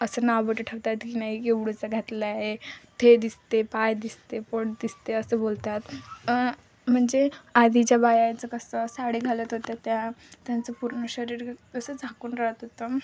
असं नाव बट ठेवतात की नाही की एवढंसं घातलं आहे ते दिसते पाय दिसते पोट दिसते असं बोलतात म्हणजे आधीच्या बायाचं कसं साडी घालत होत्या त्या त्यांचं पूर्ण शरीर असं झाकून राहत होतं